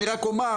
אני רק אומר,